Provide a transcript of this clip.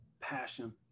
Passion